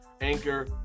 Anchor